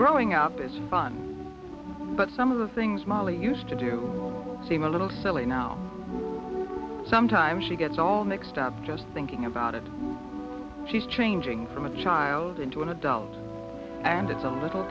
growing up it's fun but some of the things molly used to do seem a little silly now sometimes she gets all mixed up just thinking about it she's changing from a child into an adult and it's a little